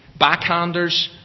Backhanders